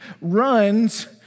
runs